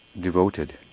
devoted